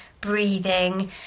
breathing